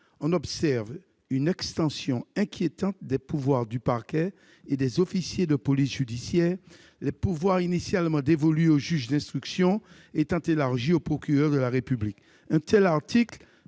on observe une extension inquiétante des pouvoirs du parquet et des officiers de police judiciaire, les pouvoirs initialement dévolus au juge d'instruction étant étendus au procureur de la République. Un tel article